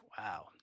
Wow